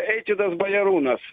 eitvydas bajarūnas